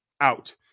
out